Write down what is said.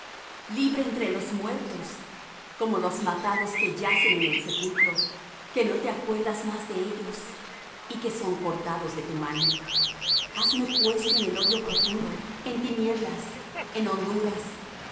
libre entre los muertos como los matados que yacen en el sepulcro que no te acuerdas más de ellos y que son cortados de tu mano hasme puesto en el hoyo profundo en tinieblas en honduras